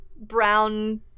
brown